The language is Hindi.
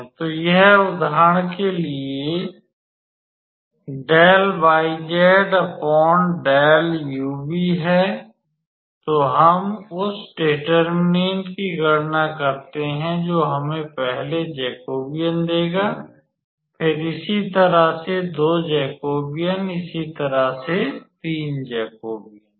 तो यह उदाहरण के लिए 𝜕𝑦𝑧𝜕𝑢𝑣 है तो हम उस डेटरमीनेंट की गणना करते हैं जो हमें पहले जैकोबियन देगा फिर इसी तरह से 2 जैकोबियन इसी तरह से 3 जैकोबियन